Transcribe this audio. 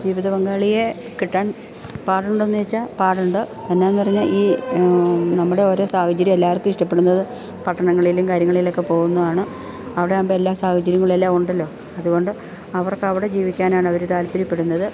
ജീവിത പങ്കാളിയെ കിട്ടാൻ പാടുണ്ടോ എന്നു ചോദിച്ചാൽ പാട് ഉണ്ട് എന്നാ എന്നു പറഞ്ഞാൽ ഈ നമ്മുടെ ഓരോ സാഹചര്യം എല്ലാവർക്കും ഇഷ്ടപ്പെടുന്നത് പട്ടണങ്ങളിലും കാര്യങ്ങളിലൊക്കെ പോകുന്നതാണ് അവിടെ ആകുമ്പോൾ എല്ലാ സാഹചര്യങ്ങളും എല്ലാം ഉണ്ടല്ലോ അതുകൊണ്ട് അവർക്ക് അവിടെ ജീവിക്കാനാണ് അവർ താല്പര്യപ്പെടുന്നത്